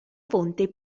fonte